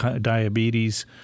diabetes